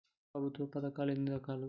ప్రభుత్వ పథకాలు ఎన్ని రకాలు?